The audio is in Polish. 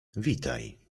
witaj